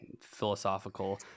philosophical